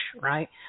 right